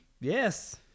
Yes